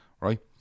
right